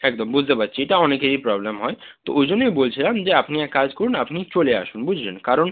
একদম বুঝদে পাচ্ছি এইটা অনেকেরই প্রবলেম হয় তো ওই জন্যই আমি বলছিলাম যে আপনি এক কাজ করুন আপনি চলে আসুন বুঝলেন কারণ